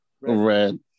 Red